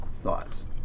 thoughts